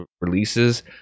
releases